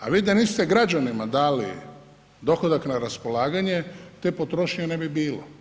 A vi da niste građanima dali dohodak na raspolaganje, te potrošnje ne bi bilo.